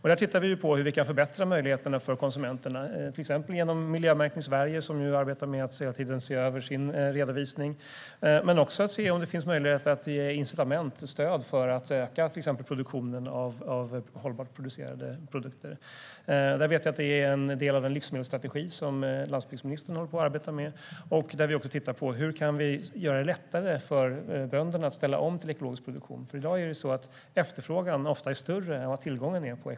Vi tittar på hur vi kan förbättra möjligheterna för konsumenterna, till exempel genom Miljömärkning Sverige som arbetar med att hela tiden se över sin redovisning. Men det handlar också om att se om det finns möjligheter att ge incitament och stöd för att öka till exempel produktionen av hållbart producerade produkter. Jag vet att det är en del av den livsmedelsstrategi som landsbygdsministerm håller på att arbeta med. Där tittar vi också på hur vi kan göra det lättare för bönderna att ställa om till ekologisk produktion. I dag är efterfrågan på ekologiska produkter ofta större än tillgången.